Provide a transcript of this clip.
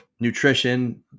nutrition